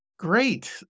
Great